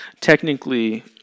technically